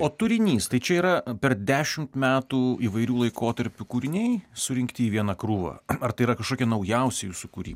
o turinys tai čia yra per dešimt metų įvairių laikotarpių kūriniai surinkti į vieną krūvą ar tai yra kažkoki naujausia jūsų kūry